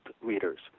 readers